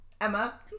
Emma